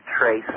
trace